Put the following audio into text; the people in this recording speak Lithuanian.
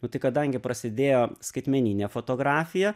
nu tai kadangi prasidėjo skaitmeninė fotografija